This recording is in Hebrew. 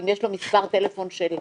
אם יש לו את מספר הטלפון של הוריו,